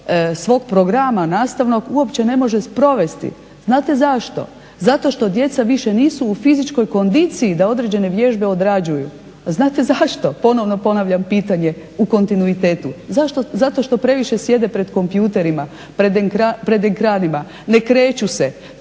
svog programa nastavnog uopće ne može sprovesti. Znate zašto? Zato što djeca više nisu u fizičkoj kondiciji da određene vježbe odrađuju. A znate zašto? Ponovno ponavljam pitanje u kontinuitetu. Zato što previše sjede pred kompjuterima, pred ekranima, ne kreću se,